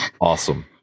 Awesome